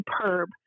superb